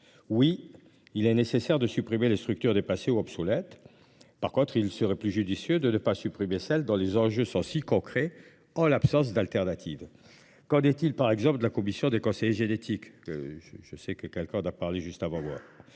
Oui, il est nécessaire de supprimer les structures dépassées ou obsolètes. En revanche, il serait plus judicieux de ne pas rayer celles dont les enjeux sont si concrets en l’absence d’autres solutions. Qu’en est il, par exemple, de la commission nationale d’autorisation